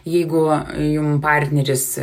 jeigu jum partneris